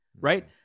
right